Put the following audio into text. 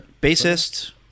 Bassist